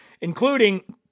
including